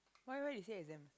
why why you say exam